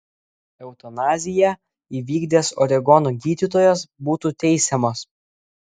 eutanaziją įvykdęs oregono gydytojas būtų teisiamas